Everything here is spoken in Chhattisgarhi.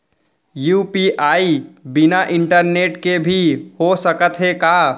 यू.पी.आई बिना इंटरनेट के भी हो सकत हे का?